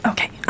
Okay